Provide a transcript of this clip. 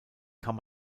kann